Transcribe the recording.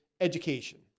education